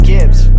Gibbs